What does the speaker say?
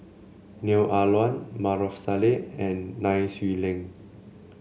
Neo Ah Luan Maarof Salleh and Nai Swee Leng